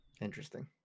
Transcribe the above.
Interesting